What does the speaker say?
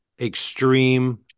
extreme